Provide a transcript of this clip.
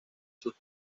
sus